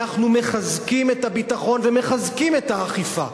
אנחנו מחזקים את הביטחון ומחזקים את האכיפה.